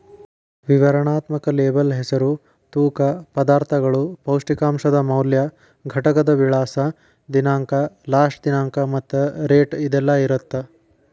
ವಿವರಣಾತ್ಮಕ ಲೇಬಲ್ ಹೆಸರು ತೂಕ ಪದಾರ್ಥಗಳು ಪೌಷ್ಟಿಕಾಂಶದ ಮೌಲ್ಯ ಘಟಕದ ವಿಳಾಸ ದಿನಾಂಕ ಲಾಸ್ಟ ದಿನಾಂಕ ಮತ್ತ ರೇಟ್ ಇದೆಲ್ಲಾ ಇರತ್ತ